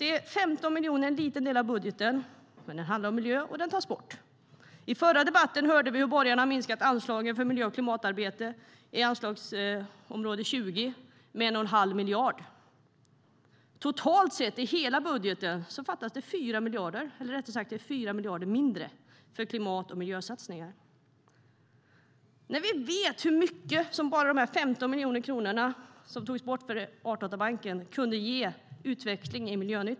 Det är 15 miljoner, en liten del av budgeten, men det handlar om miljö, och det tas bort.I förra debatten hörde vi hur borgarna minskat anslagen för miljö och klimatarbete i utgiftsområde 20 med 1 1⁄2 miljard. Totalt sett i hela budgeten fattas det 4 miljarder, eller rättare sagt: Det är 4 miljarder mindre för klimat och miljösatsningar.